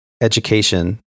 education